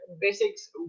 basics